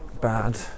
bad